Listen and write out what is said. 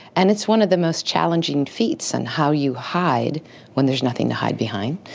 and it's one of the most challenging feats, and how you hide when there's nothing to hide behind,